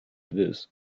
this